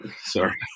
Sorry